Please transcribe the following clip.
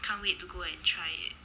can't wait to go and try it